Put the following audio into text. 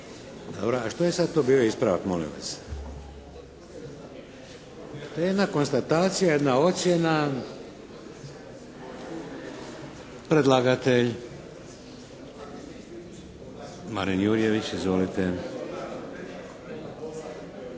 A što je sad tu bio ispravak molim vas? To je jedna konstatacija, jedna ocjena. Predlagatelj Marin Jurjević. Izvolite.